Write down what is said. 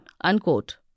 unquote